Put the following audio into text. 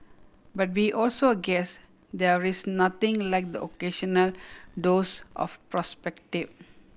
but we also guess there is nothing like the occasional dose of perspective